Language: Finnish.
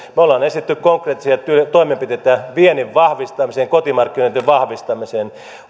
me olemme esittäneet konkreettisia toimenpiteitä viennin vahvistamiseen kotimarkkinoitten vahvistamiseen